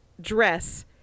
dress